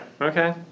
Okay